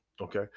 Okay